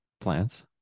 plants